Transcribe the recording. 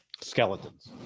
skeletons